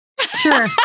Sure